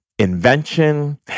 invention